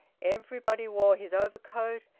everybody wore his overcoat,